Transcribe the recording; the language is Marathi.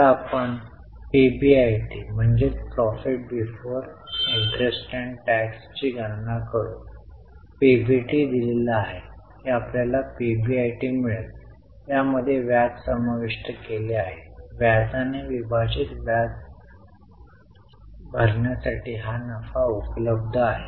तर आपण पीबीआयटीची गणना करू पीबीटी दिली आहे की आपल्याला पीबीआयटी मिळेल यामध्ये व्याज समाविष्ट केले आहे व्याजाने विभाजित व्याज भरण्यासाठी हा नफा उपलब्ध आहे